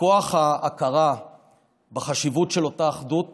מכוח ההכרה בחשיבות של אותה אחדות